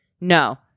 No